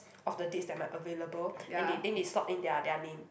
of the days that my available then they then they slot in their their name